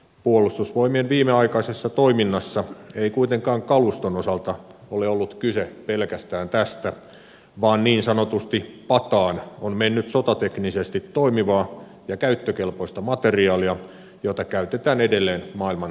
puolustusvoimien viimeaikaisessa toiminnassa ei kuitenkaan kaluston osalta ole ollut kyse pelkästään tästä vaan niin sanotusti pataan on mennyt sotateknisesti toimivaa ja käyttökelpoista materiaalia jota käytetään edelleen maailman taistelukentillä